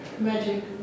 Magic